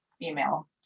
female